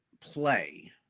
play